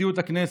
נשיאות הכנסת.